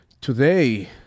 today